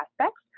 aspects